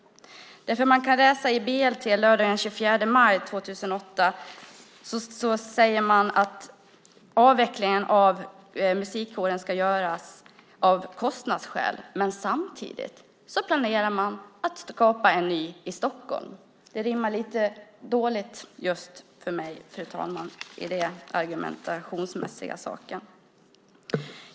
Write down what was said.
I Blekinge Läns Tidning lördag den 24 maj 2008 kan man läsa att avvecklingen av musikkåren ska göras av kostnadsskäl. Men samtidigt planerar man att skapa en ny verksamhet i Stockholm. Den argumentationen rimmar dåligt för mig, fru talman.